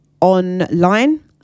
online